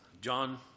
John